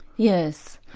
yes.